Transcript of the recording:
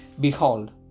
Behold